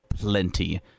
plenty